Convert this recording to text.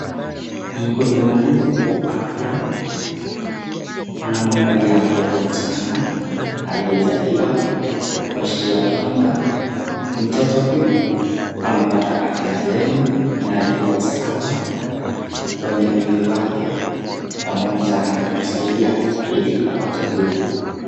Mhudumu huyu wa afya anamwangalia mtoto mchanga aliyezaliwa kuashiria kwamba mtoto huyu amepata afya njema na yuko sawa kwenye mwili wake, pamoja na kumsaidia ili apate nguvu.